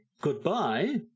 goodbye